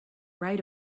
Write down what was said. right